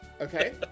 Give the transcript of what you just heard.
Okay